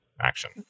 action